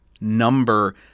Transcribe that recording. number